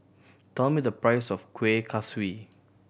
tell me the price of Kueh Kaswi